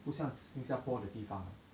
不像新加坡的地方的